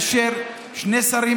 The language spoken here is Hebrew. לשני שרים,